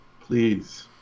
Please